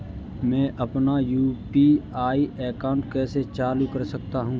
मैं अपना UPI account कैसे चालू कर सकता हूँ?